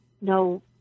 no